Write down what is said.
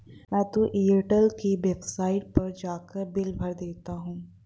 मैं तो एयरटेल के वेबसाइट पर जाकर बिल भर देता हूं